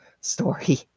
story